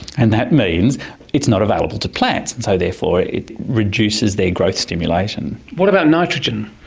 and that means it's not available to plants and so therefore it it reduces their growth stimulation. what about nitrogen?